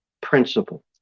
principle